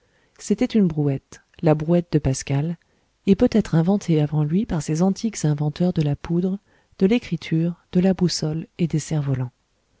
c'était une brouette la brouette de pascal et peut-être inventée avant lui par ces antiques inventeurs de la poudre de l'écriture de la boussole et des cerfs volants